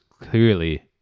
clearly